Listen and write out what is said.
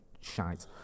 shite